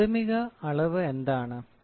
പ്രാഥമിക അളവ് എന്താണ്